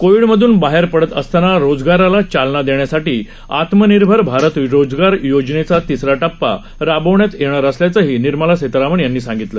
कोविडमधून बाहेर पडत असताना रोजगाराला चालना देण्यासाठी आत्मनिर्भर भारत रोजगार योजनेचा तिसरा टप्पा राबवण्यात येणार असल्याचं निर्मला सीतारामन यांनी सांगितलं